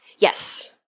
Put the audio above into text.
yes